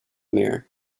mayor